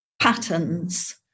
patterns